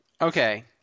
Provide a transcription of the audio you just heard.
Okay